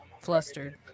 flustered